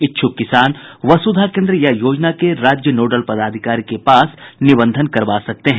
इच्छुक किसान वसुधा केन्द्र या योजना के राज्य नोडल पदाधिकारी के पास निबंधन करवा सकते हैं